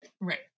Right